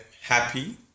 happy